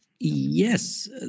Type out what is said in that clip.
yes